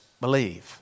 Believe